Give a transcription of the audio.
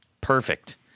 Perfect